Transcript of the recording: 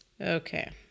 Okay